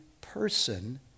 person